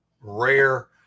rare